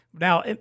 Now